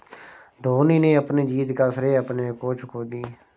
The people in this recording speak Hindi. धोनी ने अपनी जीत का श्रेय अपने कोच को दी